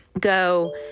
go